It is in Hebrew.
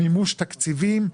מימוש תקציבים,